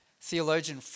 Theologian